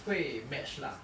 会 match lah